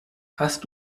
hast